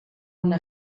una